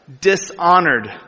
dishonored